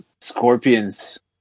scorpions